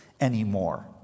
anymore